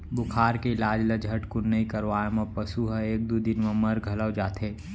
बुखार के इलाज ल झटकुन नइ करवाए म पसु ह एक दू दिन म मर घलौ जाथे